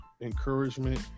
encouragement